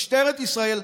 משטרת ישראל,